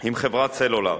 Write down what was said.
עם חברת סלולר.